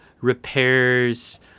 repairs